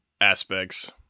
aspects